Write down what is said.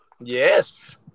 Yes